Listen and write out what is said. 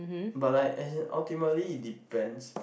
but like as in ultimately it depends